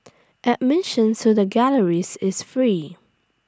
admission to the galleries is free